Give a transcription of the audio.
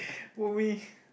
were we